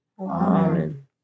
Amen